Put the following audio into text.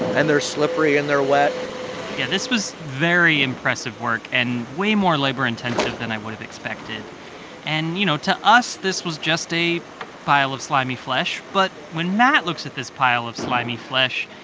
and they're slippery. and they're wet yeah, this was very impressive work, and way more labor-intensive than i would've expected and, you know, to us, this was just a pile of slimy flesh. but when matt looks at this pile of slimy flesh,